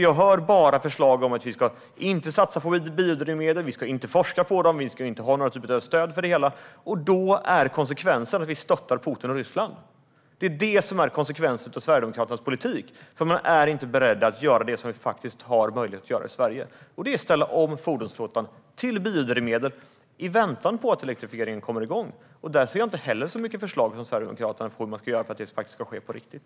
Jag hör bara förslag om att vi inte ska satsa på biodrivmedel, inte ska forska på dem och inte ska ha några typer av stöd för det hela. Då är konsekvensen av Sverigedemokraternas politik att vi stöttar Putin och Ryssland. Man är inte beredd att göra det som vi har möjlighet att göra i Sverige, nämligen att ställa om fordonsflottan till biodrivmedel i väntan på att elektrifieringen kommer igång. Och inte heller där ser jag så mycket förslag från Sverigedemokraterna på hur man ska göra för att det ska ske på riktigt.